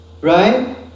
Right